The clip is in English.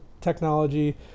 technology